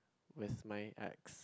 with my ex